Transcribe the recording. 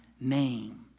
name